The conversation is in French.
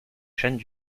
chaînes